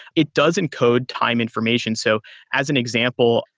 it does encode time information. so as an example,